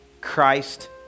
Christ